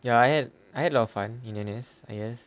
ya I had I had a lot of fun in N_S yes